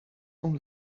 only